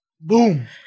boom